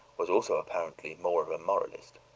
was also apparently more of a moralist.